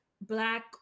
black